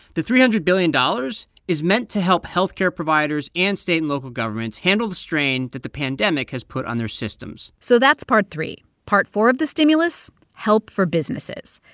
the three hundred billion dollars is meant to help health care providers and state and local governments handle the strain that the pandemic has put on their systems so that's part three. part four of the stimulus help for businesses.